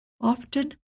Often